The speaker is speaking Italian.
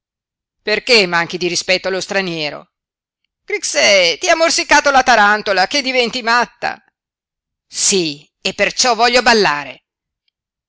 hai perché manchi di rispetto allo straniero grixè ti ha morsicato la tarantola ché diventi matta sí e perciò voglio ballare